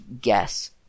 guess